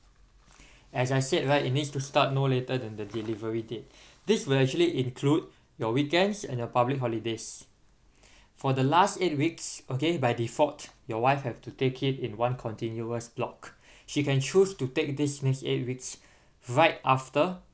as I said right it needs to start no later than the delivery date this will actually include your weekends and your public holidays for the last eight weeks okay by default your wife have to take it in one continuous block she can choose to take this next eight weeks right after